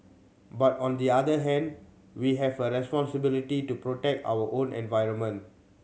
but on the other hand we have a responsibility to protect our own environment